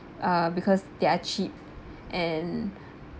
uh because they are cheap